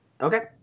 Okay